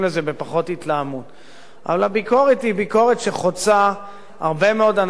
אבל הביקורת חוצה הרבה מאוד אנשים בכירים שהם אנשים שפויים,